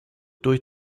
durch